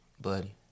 buddy